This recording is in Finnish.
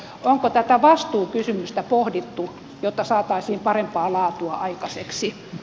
onko tätä vastuukysymystä pohdittu jotta saataisiin parempaa laatua aikaiseksi